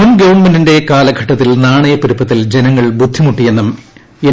മുൻ ഗവൺമെന്റിന്റെ കാലഘട്ടത്തിൽ നാണയപ്പെരുപ്പത്തിൽ ജനങ്ങൾ ബുദ്ധിമുട്ടിയെന്നും എൻ